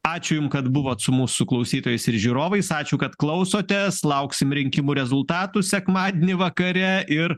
ačiū jum kad buvot su mūsų klausytojais ir žiūrovais ačiū kad klausotės lauksim rinkimų rezultatų sekmadienį vakare ir